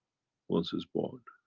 once it's born?